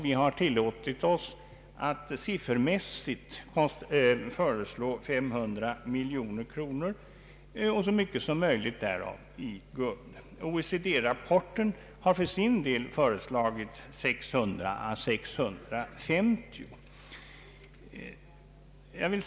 Vi har tillåtit oss att siffermässigt föreslå 500 miljoner kronor och så mycket som möjligt därav i guld. OECD-rapporten har för sin del föreslagit 600—650 miljoner kronor.